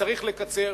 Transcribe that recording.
וצריך לקצר,